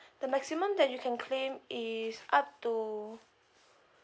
the maximum that you can claim is up to